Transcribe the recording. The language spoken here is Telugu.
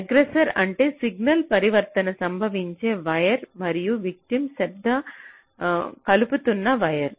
ఎగ్రెసర్ అంటే సిగ్నల్ పరివర్తన సంభవించే వైర్ మరియు విటిమ్ శబ్దం కలుపుతున్న వైర్